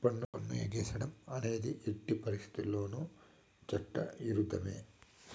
పన్ను ఎగేసేడం అనేది ఎట్టి పరిత్తితుల్లోనూ చట్ట ఇరుద్ధమే